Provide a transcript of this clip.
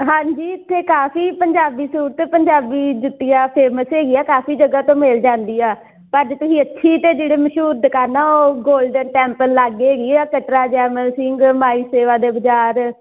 ਹਾਂਜੀ ਇੱਥੇ ਕਾਫੀ ਪੰਜਾਬੀ ਸੂਟ ਅਤੇ ਪੰਜਾਬੀ ਜੁੱਤੀਆਂ ਫੇਮਸ ਹੈਗੀਆਂ ਕਾਫ਼ੀ ਜਗ੍ਹਾ ਤੋਂ ਮਿਲ ਜਾਂਦੀ ਆ ਪਰ ਜੇ ਤੁਸੀਂ ਇੱਥੇ ਹੀ ਅਤੇ ਜਿਹੜੇ ਮਸ਼ਹੂਰ ਦੁਕਾਨਾਂ ਉਹ ਗੋਲਡਨ ਟੈਂਪਲ ਲਾਗੇ ਹੈਗੀ ਹੈ ਕਟਰਾ ਜੈਮਲ ਸਿੰਘ ਮਾਈ ਸੇਵਾ ਦੇ ਬਜ਼ਾਰ